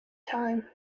time